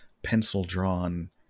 Pencil-drawn